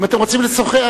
אם אתם רוצים לשוחח,